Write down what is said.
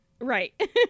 Right